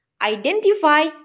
identify